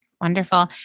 Wonderful